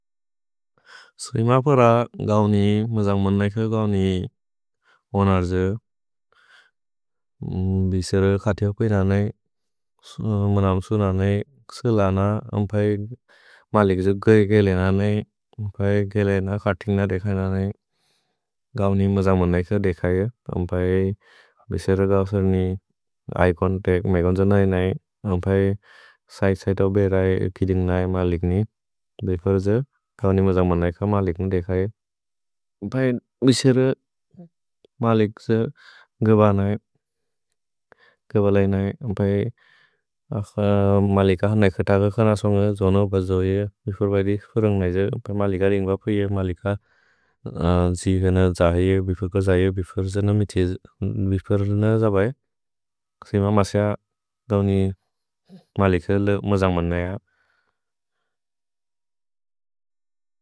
सैम प्रा गौनि मजन्ग्मन् नैख गौनि ओनर्ज। भिसेर खतिअ क्वेन नै, मनम्सु न नै, सलन। अम्फै मलिक् जो गए गेले न नै। अम्फै गेले न खतिन देख न नै। गौनि मजन्ग्मन् नैख देख य। अम्फै बिसेर गौसर्नि, ऐ कोन्तेक् मेगन्ज नै नै। अम्फै सैथ् सैथ ओबेरै कितिन् नै मलिक् नि। अम्फै बिफुर् जो गौनि मजन्ग्मन् नैख मलिक् नि देख य। अम्फै बिसेर मलिक् जो गब नै। गब लै नै। अम्फै अख मलिक नै खतग खन सोन्ग जोनो बजो ये। भिफुर् बै दि फुरन्ग् नै जो। अम्फै मलिक रिन्ग्बपु ये। मलिक जिवेन जहे ये। भिफुर् को जहे ये। भिफुर् जो न मिथि जे। भिफुर् न जबै। सैम मस्य दौनि मलिक ल मजन्ग्मन् नै य।